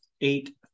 eight